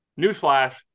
Newsflash